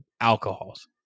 alcohols